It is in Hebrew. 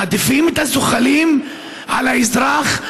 מעדיפים את הזוחלים על האזרח,